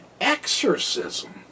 exorcism